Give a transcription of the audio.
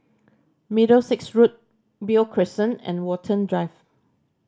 Middlesex Road Beo Crescent and Watten Drive